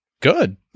good